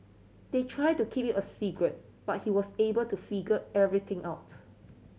they tried to keep it a secret but he was able to figure everything out